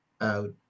out